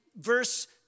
verse